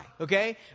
okay